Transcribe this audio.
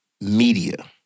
media